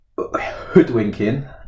hoodwinking